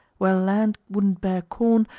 where land wouldn't bear corn,